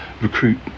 recruit